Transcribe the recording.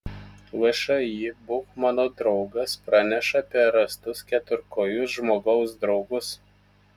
všį būk mano draugas praneša apie rastus keturkojus žmogaus draugus